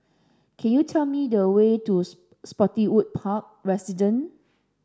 can you tell me the way to Spottiswoode Residences